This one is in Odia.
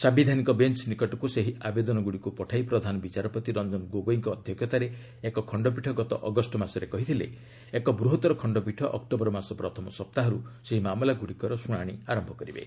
ସାୟିଧାନିକ ବେଞ୍ ନିକଟକୁ ସେହି ଆବେଦନଗୁଡ଼ିକୁ ପଠାଇ ପ୍ରଧାନ ବିଚାରପତି ରଞ୍ଜନ ଗୋଗୋଇଙ୍କ ଅଧ୍ୟକ୍ଷତାରେ ଏକ ଖଣ୍ଡପୀଠ ଗତ ଅଗଷ୍ଟ ମାସରେ କହିଥିଲେ ଏକ ବୃହତର ଖଣ୍ଡପୀଠ ଅକ୍ଟୋବର ମାସ ପ୍ରଥମ ସପ୍ତାହରୁ ସେହି ମାମଲାଗୁଡ଼ିକର ଶୁଣାଣି କରିବେ